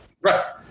Right